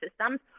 systems